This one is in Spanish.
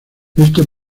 este